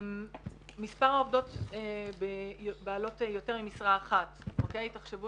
מספר העובדות בעלות יותר ממשרה אחת תחשבו